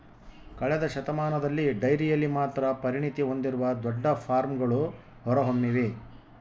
ಕಳೆದ ಶತಮಾನದಲ್ಲಿ ಡೈರಿಯಲ್ಲಿ ಮಾತ್ರ ಪರಿಣತಿ ಹೊಂದಿರುವ ದೊಡ್ಡ ಫಾರ್ಮ್ಗಳು ಹೊರಹೊಮ್ಮಿವೆ